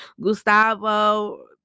Gustavo